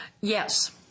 Yes